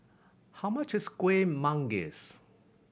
how much is Kuih Manggis